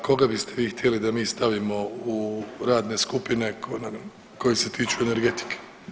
A koga biste vi htjeli da mi stavimo u radne skupine koje se tiču energetike?